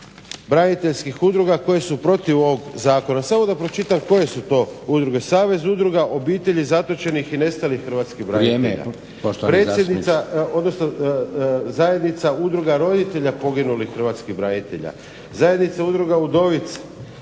udruga hrvatskih branitelja